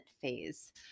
phase